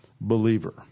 believer